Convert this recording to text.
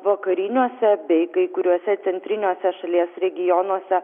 vakariniuose bei kai kuriuose centriniuose šalies regionuose